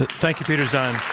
thank you, peter zeihan.